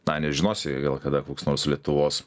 na nežinosi gal kada koks nors lietuvos